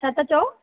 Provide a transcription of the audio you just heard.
छा था चओ